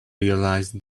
realize